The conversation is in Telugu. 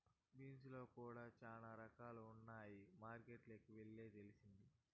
బీన్స్ లో కూడా చానా రకాలు ఉన్నాయని మార్కెట్ కి వెళ్తే తెలిసింది